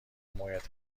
موقعیت